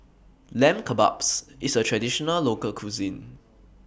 Lamb Kebabs IS A Traditional Local Cuisine